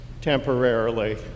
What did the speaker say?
temporarily